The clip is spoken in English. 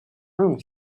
room